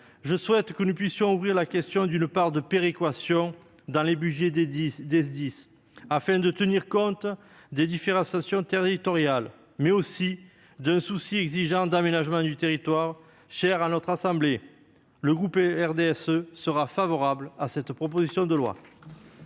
je souhaite que nous puissions ouvrir la question d'une part de péréquation dans les budgets des SDIS, afin de tenir compte des différenciations territoriales et des exigences de l'aménagement du territoire, cher à notre assemblée. Le groupe du RDSE sera favorable à cette proposition de loi.